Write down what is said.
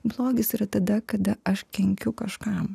blogis yra tada kada aš kenkiu kažkam